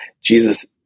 Jesus